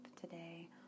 today